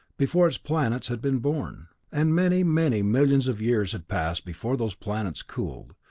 before its planets had been born, and many, many millions of years had passed before those planets cooled,